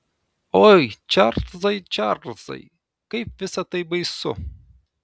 oi čarlzai čarlzai kaip visa tai baisu